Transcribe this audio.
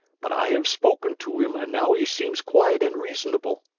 but i have spoken to him and now he seems quiet and reasonable.